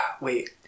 Wait